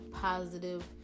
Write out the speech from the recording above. positive